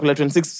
26